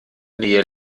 nähe